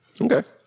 Okay